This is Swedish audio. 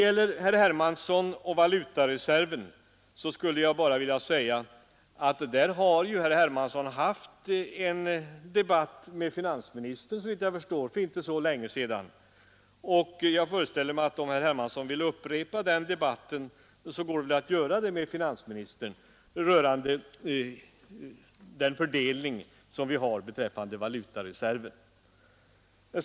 Till herr Hermansson skulle jag i fråga om valutareserven vilja säga att han ju haft en debatt med finansministern om den för inte så länge sedan. Jag föreställer mig att herr Hermansson, om han så vill, kan få till stånd en ny debatt med finansministern om den fördelning vi har beträffande valutareserven.